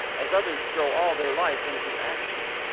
as others throw all their life into action.